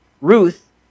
Ruth